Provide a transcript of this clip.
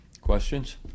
Questions